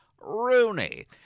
Rooney